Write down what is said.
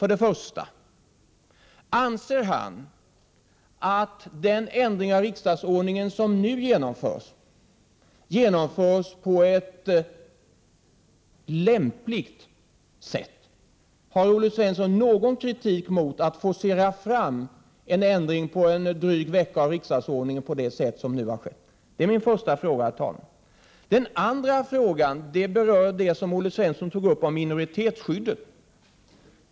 För det första vill jag fråga: Anser Olle Svensson att den ändring av riksdagsordningen som nu skall genomföras blir genomförd på ett rimligt sätt? Har Olle Svensson någon kritik mot att man under en dryg vecka forcerar fram en ändring av riksdagsordningen på det sätt som nu sker? För det andra vill jag beröra det som Olle Svensson sade om minoritetsskyddet.